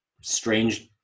strange